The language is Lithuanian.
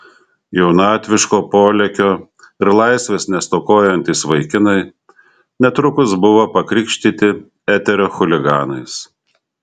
jaunatviško polėkio ir laisvės nestokojantys vaikinai netrukus buvo pakrikštyti eterio chuliganais